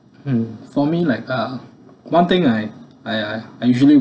mm for me like uh one thing I I I I usually